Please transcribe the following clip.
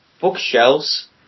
bookshelves